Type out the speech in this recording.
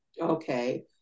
Okay